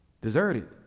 deserted